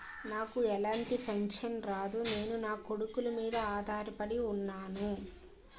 నాకు ఎలాంటి పెన్షన్ రాదు నేను నాకొడుకుల మీద ఆధార్ పడి ఉన్నాను